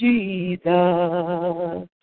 Jesus